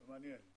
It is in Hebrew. מעניין.